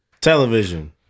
Television